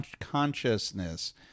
consciousness